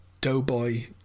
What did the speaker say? Doughboy